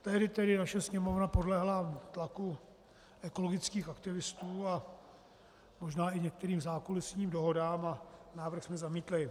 Tehdy tedy naše Sněmovna podlehla tlaku ekologických aktivistů a možná i některým zákulisním dohodám a návrh jsme zamítli.